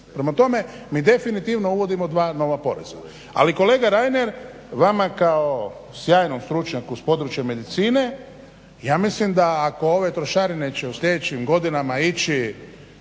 Prema tome mi definitivno uvodimo dva nova poreza ali kolega Reiner vama kao sjajnom stručnjaku s područja medicine ja mislim ako ove trošarine će u sljedećim godinama ići